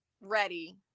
ready